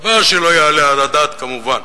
דבר שלא יעלה על הדעת, כמובן.